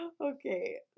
okay